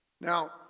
Now